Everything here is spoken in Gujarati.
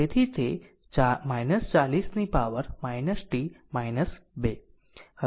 તેથી તે છે 40 ની પાવર t 2